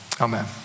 Amen